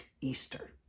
Easter